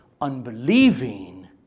unbelieving